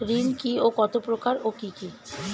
ঋণ কি ও কত প্রকার ও কি কি?